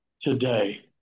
today